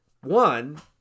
One